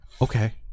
okay